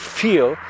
feel